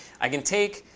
i can take